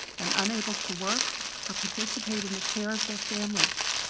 and unable to work or participate in the care of their families.